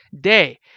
Day